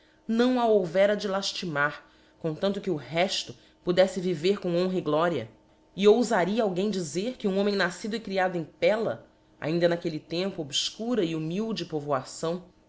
não a houvera de laftimar com tanto que o refto podeffe viver com honra e gloria e oufa alguém dizer que um homem nafcido e creado em pella ainda n aque le tempo obfcura e humilde povoação